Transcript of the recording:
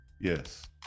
Yes